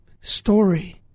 story